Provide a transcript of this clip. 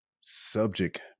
subject